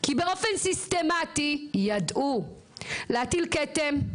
כי באופן סיסטמתי ידעו להטיל כתם,